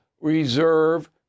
reserve